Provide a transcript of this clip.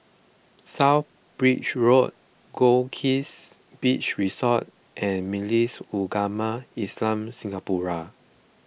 South Bridge Road Goldkist Beach Resort and Majlis Ugama Islam Singapura